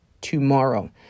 tomorrow